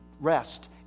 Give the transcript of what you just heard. rest